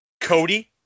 Cody